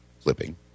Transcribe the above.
flipping